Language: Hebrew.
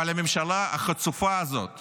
אבל הממשלה החצופה הזאת